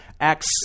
Acts